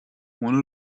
ohne